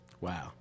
Wow